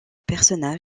personnage